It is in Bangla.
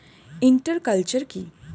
ইন্টার কালচার কি?